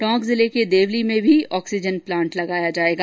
टोंक जिले के देवली में भी ऑक्सीजन प्लांट लगाया जायेगा